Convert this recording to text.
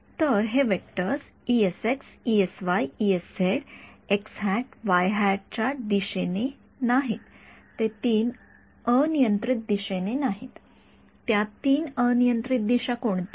तर हे वेक्टर्स च्या दिशेने नाहीत ते ३ अनियंत्रित दिशेने नाहीत त्या ३ अनियंत्रित दिशा कोणत्या आहेत